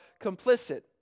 complicit